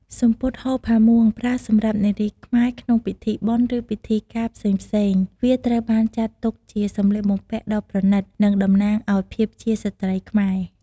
សំពត់ហូលផាមួងប្រើសម្រាប់នារីខ្មែរក្នុងពិធីបុណ្យ ឬពិធីការផ្សេងៗវាត្រូវបានចាត់ទុកជាសម្លៀកបំពាក់ដ៏ប្រណិត និងតំណាងឱ្យភាពជាស្រ្តីខ្មែរ។